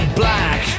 black